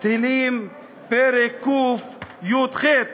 תהילים פרק קי"ח,